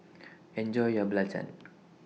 Enjoy your Belacan